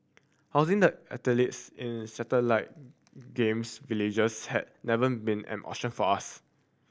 housing the athletes in satellite Games Villages has never been an option for us